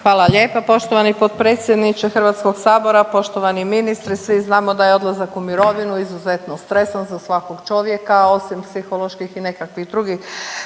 Hvala lijepa poštovani potpredsjedniče Hrvatskog sabora, poštovani ministre. Svi znamo da je odlazak u mirovinu izrazito stresan za svakog čovjeka osim psiholoških i nekakvih drugih